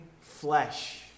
flesh